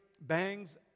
bangs